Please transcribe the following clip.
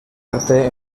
arte